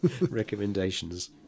Recommendations